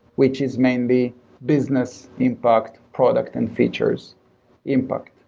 which is mainly business impact product and features impact.